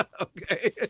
Okay